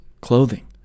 clothing